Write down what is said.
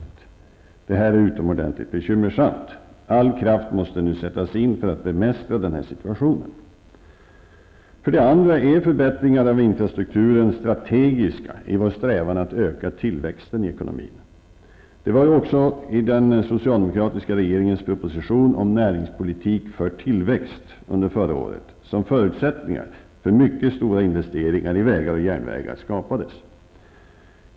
Det här är utomordentligt bekymmersamt. All kraft måste nu sättas in för att bemästra situationen. Det andra skälet är att förbättringar av infrastrukturen är strategiska i vår strävan att öka tillväxten i ekonomin. Det var också i den socialdemokratiska regeringens proposition om näringspolitik för tillväxt under förra året som förutsättningar för mycket stora investeringar i vägar och järnvägar skapades.